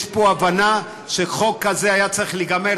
יש פה הבנה שחוק כזה היה צריך להיגמר